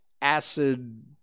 acid